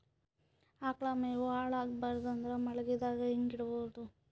ಆಕಳ ಮೆವೊ ಹಾಳ ಆಗಬಾರದು ಅಂದ್ರ ಮಳಿಗೆದಾಗ ಹೆಂಗ ಇಡೊದೊ?